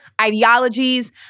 ideologies